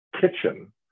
kitchen